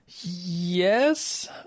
yes